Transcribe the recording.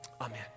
Amen